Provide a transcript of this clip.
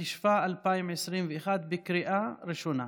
התשפ"א 2021, בקריאה הראשונה.